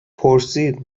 پرسید